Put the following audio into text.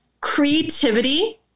creativity